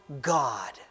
God